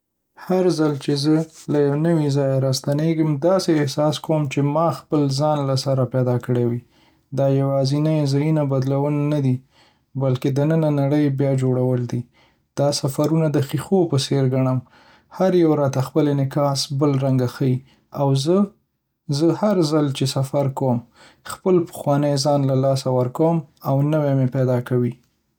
هر ځل چې زه له يو نوي ځايه راستنېږم، داسې احساس کوم چې ما خپل ځان له سره پيدا کړی وي. دا يوازينی ځايونه بدلول نه دي، بلکې د ننه نړۍ بيا جوړول دي. دا سفرونه دقيقو په څېر ګڼم، هر يو راته خپل انعکاس بل رنګه ښيي. او زه - زه هر ځل چې سفر کوم، خپل پخوانی ځان له لاسه ورکوم او نوی مې پيدا کوي.